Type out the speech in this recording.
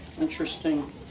interesting